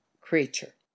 creature